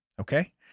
Okay